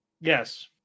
Yes